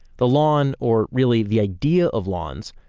the lawn, or really the idea of lawns,